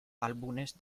álbumes